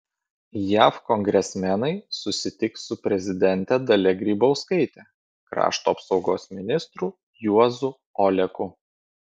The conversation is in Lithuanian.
jav kongresmenai susitiks su prezidente dalia grybauskaite krašto apsaugos ministru juozu oleku